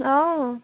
অঁ